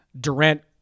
Durant